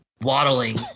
waddling